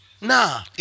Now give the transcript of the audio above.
Nah